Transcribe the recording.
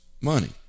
money